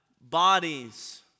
Bodies